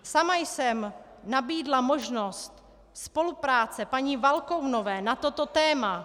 Sama jsem nabídla možnost spolupráce paní Valkounové na toto téma.